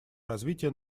развития